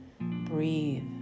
breathe